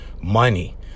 money